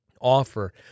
offer